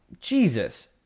Jesus